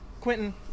Quentin